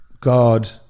God